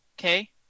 okay